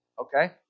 okay